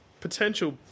Potential